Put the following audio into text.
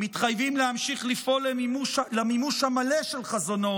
מתחייבים להמשיך לפעול למימוש המלא של חזונו